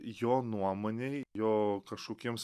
jo nuomonei jo kašokiems